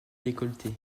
décolleté